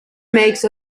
makes